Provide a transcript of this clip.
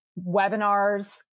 webinars